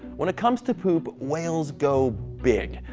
when it comes to poop, whales go big.